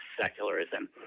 secularism